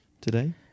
today